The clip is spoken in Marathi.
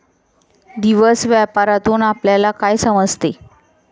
दिवस व्यापारातून आपल्यला काय समजते